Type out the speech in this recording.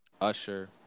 Usher